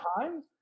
time